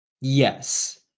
yes